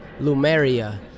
Lumeria